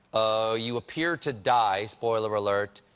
ah you appear to die spoiler alert.